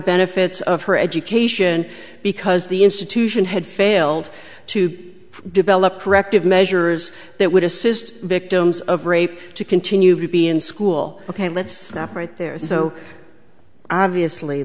benefits of her education because the institution had failed to develop corrective measures that would assist victims of rape to continue to be in school ok let's stop right there so obviously